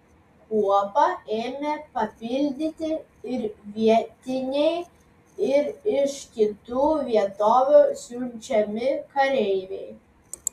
kuopą ėmė papildyti ir vietiniai ir iš kitų vietovių siunčiami kareiviai